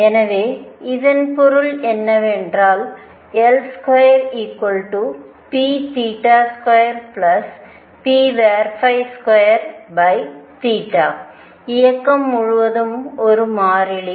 எனவே இதன் பொருள் என்னவென்றால் L2p2p2 இயக்கம் முழுவதும் ஒரு மாறிலி